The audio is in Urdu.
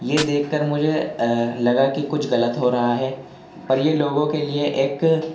یہ دیکھ کر مجھے لگا کہ کچھ غلط ہو رہا ہے پر یہ لوگوں کے لیے ایک